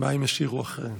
מה הם ישאירו אחריהם.